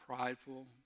prideful